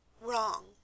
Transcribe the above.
Wrong